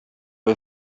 või